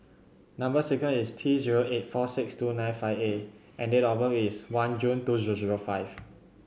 number sequence is T zero eight four six two nine five A and date of birth is one June two zero zero five